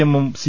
എമ്മും സി